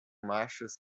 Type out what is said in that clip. machos